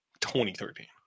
2013